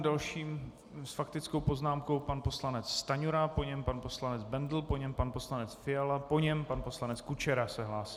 Dalším s faktickou poznámkou je pan poslanec Stanjura, po něm pan poslanec Bendl, po něm pan poslanec Fiala, po něm pan poslanec Kučera se hlásí.